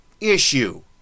issue